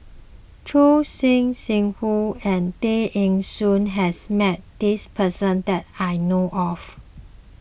Choor Singh Sidhu and Tay Eng Soon has met this person that I know of